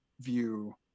view